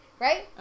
Right